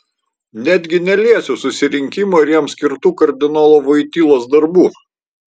netgi neliesiu susirinkimo ir jam skirtų kardinolo voitylos darbų